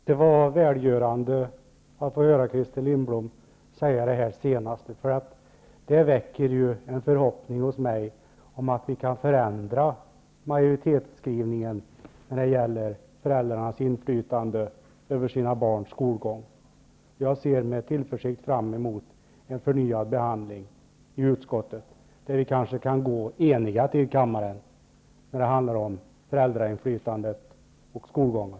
Herr talman! Det var välgörande att få höra Christer Lindblom säga det senaste. Det väcker en förhoppning hos mig om att vi kan förändra majoritetsskrivningen när det gäller föräldrarnas inflytande över sina barns skolgång. Jag ser med tillförsikt fram mot en förnyad behandling i utskottet. Då kan vi kanske gå eniga till kammaren när det handlar om föräldrainflytandet och skolgången.